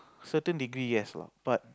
certain degree yes lah but